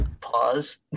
pause